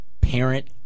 parent